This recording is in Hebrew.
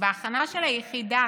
ובהכנה של היחידה.